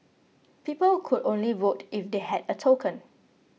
people could only vote if they had a token